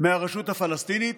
מהרשות הפלסטינית.